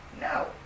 No